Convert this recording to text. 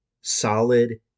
solid